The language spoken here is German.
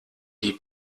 die